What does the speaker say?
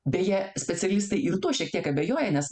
beje specialistai ir tuo šiek tiek abejoja nes